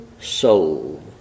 soul